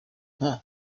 nka